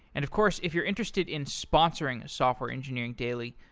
and of course, if you're interested in sponsoring software engineering daily,